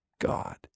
God